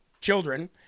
children